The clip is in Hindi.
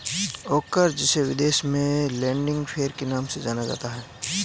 ओकरा जिसे विदेश में लेडी फिंगर के नाम से जाना जाता है